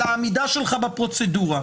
על העמידה שלך בפרוצדורה.